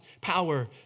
power